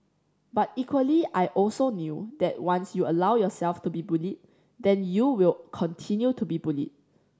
but equally I also knew that once you allow yourself to be bullied then you will continue to be bullied